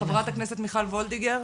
חברת הכנסת מיכל וולדיגר.